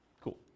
cool